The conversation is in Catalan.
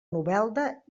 novelda